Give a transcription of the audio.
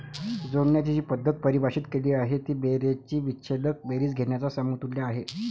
जोडण्याची जी पद्धत परिभाषित केली आहे ती बेरजेची विच्छेदक बेरीज घेण्याच्या समतुल्य आहे